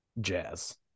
jazz